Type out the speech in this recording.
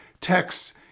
texts